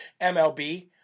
MLB